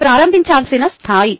అది ప్రారంభించాల్సిన స్థాయి